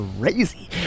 crazy